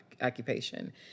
occupation